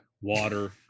water